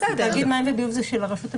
תאגיד מים וביוב זה של הרשות המקומית,